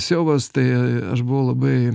siaubas tai aš buvau labai